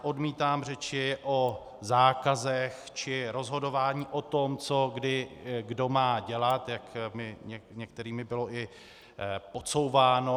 Odmítám řeči o zákazech či rozhodování o tom, co kdy kdo má dělat, jak mi některými bylo i podsouváno.